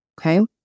Okay